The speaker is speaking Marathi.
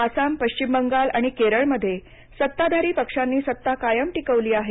आसाम पश्चिम बंगाल आणि केरळमधे सत्ताधारी पक्षांनी सत्ता कायम टिकवली आहे